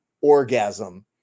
orgasm